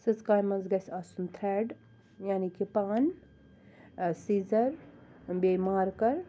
سٕژٕ کامہِ منٛز گَژھہِ آسُن تھریڑ یعنی کہِ پَن سیزر بیٚیہِ مارکر